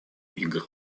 игр